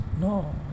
No